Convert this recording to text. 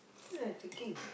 you're thinking